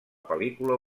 pel·lícula